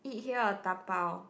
eat here or tapao